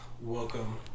welcome